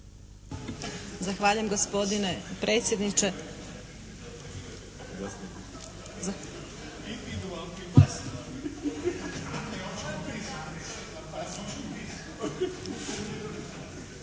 Zahvaljujem gospodine predsjedniče.